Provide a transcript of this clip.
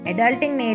Adulting